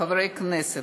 חברי הכנסת,